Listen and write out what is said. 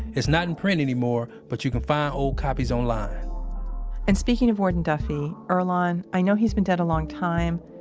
it's not in print anymore, but you can find old copies online and speaking of warden duffy, earlonne, i know he's been dead a long time,